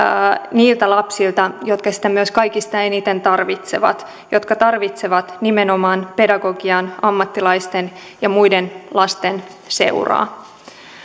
niiltä lapsilta jotka sitä myös kaikista eniten tarvitsevat jotka tarvitsevat nimenomaan pedagogiikan ammattilaisten ja muiden lasten seuraa